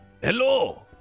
Hello